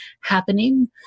happening